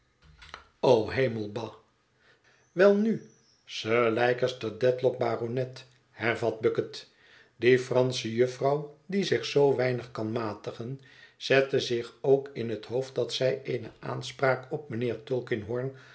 o hemel bah welnu sir leicester dedlock baronet hervat bucket dié fransche jufvrouw die zich zoo weinig kan matigen zette zich ook in het hoofd dat zij eene aanspraak op mijnheer tulkinghorn